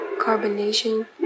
carbonation